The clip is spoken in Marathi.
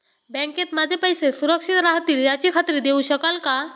बँकेत माझे पैसे सुरक्षित राहतील याची खात्री देऊ शकाल का?